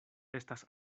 estas